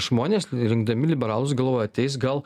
žmonės rinkdami liberalus galvoja ateis gal